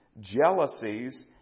jealousies